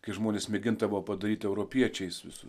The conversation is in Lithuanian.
kai žmonės mėgindavo padaryti europiečiais visus